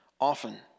often